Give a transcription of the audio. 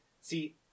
See